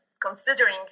Considering